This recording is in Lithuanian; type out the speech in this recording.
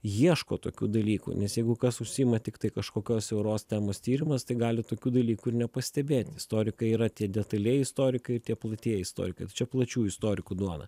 ieško tokių dalykų nes jeigu kas užsiima tiktai kažkokios siauros temos tyrimas tai gali tokių dalykų nepastebėti istorikai yra tie detalieji istorikai tie platieji istorikai tai čia plačių istorikų duona